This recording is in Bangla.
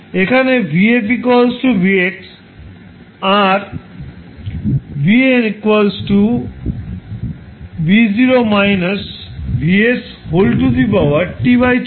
এখানে vf Vs আর vn e t𝛕